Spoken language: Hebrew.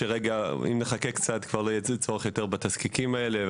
שאם נחכה קצת אז לא יהיה צורך יותר בתזקיקים האלה,